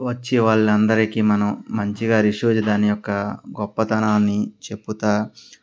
వచ్చే వాళ్ళందరికీ మనం మంచిగా రిసీవ్ దాని యొక్క గొప్పతనాన్ని చెప్తూ